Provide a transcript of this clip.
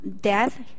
death